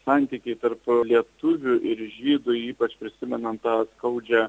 santykiai tarp lietuvių ir žydų ypač prisimenant tą skaudžią